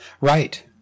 Right